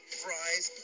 fries